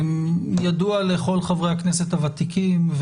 ידוע לכל חברי הכנסת הוותיקים,